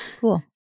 cool